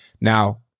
Now